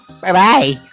Bye-bye